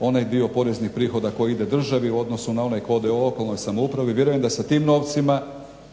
onaj dio poreznih prihoda koji ide državi u odnosu na onaj koji ode lokalnoj samoupravi. Vjerujem da sa tim novcima